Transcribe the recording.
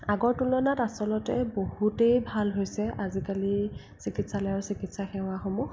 আগৰ তুলনাত আচলতে বহুতেই ভাল হৈছে আজিকালিৰ চিকিৎসালয় আৰু চিকিৎসা সেৱাসমূহ